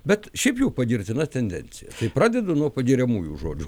bet šiaip jau pagirtina tendencija kai pradedu nuo pagiriamųjų žodžių